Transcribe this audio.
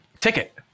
ticket